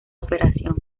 operación